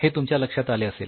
हे तुमच्या लक्षात आले असेल